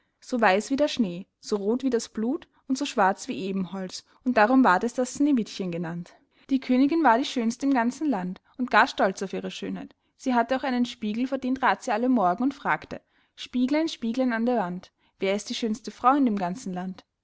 so weiß wie der schnee so roth wie das blut und so schwarz wie ebenholz und darum ward es das sneewittchen genannt die königin war die schönste im ganzen land und gar stolz auf ihre schönheit sie hatte auch einen spiegel vor den trat sie alle morgen und fragte spieglein spieglein an der wand wer ist die schönste frau in dem ganzen land